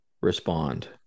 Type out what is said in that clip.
respond